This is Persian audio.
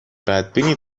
بدبینی